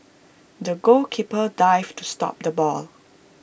the goalkeeper dived to stop the ball